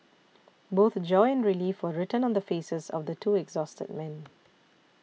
both joy and relief were written on the faces of the two exhausted men